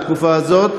בתקופה הזאת,